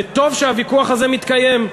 וטוב שהוויכוח הזה מתקיים,